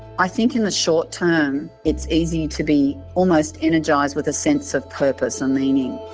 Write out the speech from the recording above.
i think in the short term, it's easy to be almost energised with a sense of purpose and meaning.